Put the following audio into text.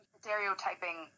stereotyping